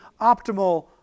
optimal